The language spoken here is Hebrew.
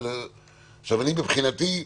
מבחינתי,